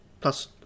plus